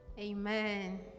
Amen